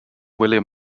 william